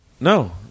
No